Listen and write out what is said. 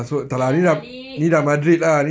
jalan balik lepas tu